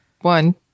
one